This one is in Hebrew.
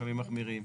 לפעמים מחמירים.